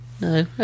No